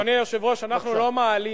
אדוני היושב-ראש, אנחנו לא מעלים